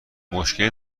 مشکلی